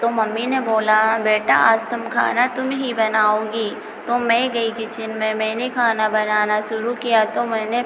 तो मम्मी ने बोला बेटा आजज तुम खाना तुम ही बनाओगी तो मैं गई किचेन में मैंने खाना बनाना शुरू किया तो मैंने